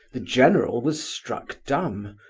the general was struck dumb.